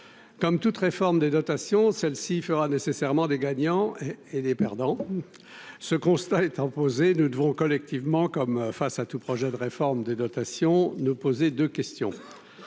comme toute réforme des dotations, celle-ci fera nécessairement des gagnants et des perdants, ce constat est imposée, nous devons collectivement comme face à tout projet de réforme des dotations nous poser de questions: